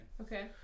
Okay